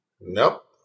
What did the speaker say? Nope